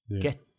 get